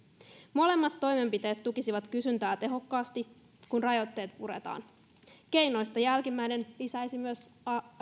molemmat toimenpiteet tukisivat kysyntää tehokkaasti kun rajoitteet puretaan keinoista jälkimmäinen lisäisi myös